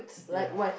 ya